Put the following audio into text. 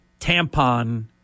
tampon